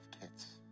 kids